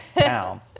town